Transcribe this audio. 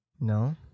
No